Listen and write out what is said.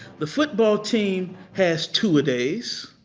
the football team has two-a-days.